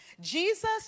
Jesus